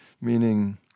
meaning